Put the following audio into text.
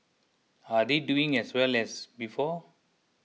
are they doing as well as before